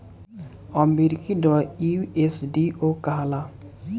अमरीकी डॉलर यू.एस.डी.ओ कहाला